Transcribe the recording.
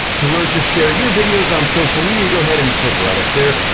to learn to share your videos on social media, go ahead and click right up there.